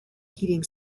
heating